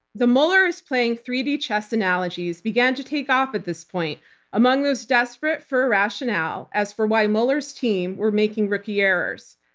the mueller is playing three d chess analogies began to take off at this point among those desperate for a rationale as for why mueller's team were making rookie errors.